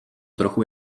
trochu